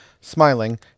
Smiling